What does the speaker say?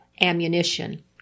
ammunition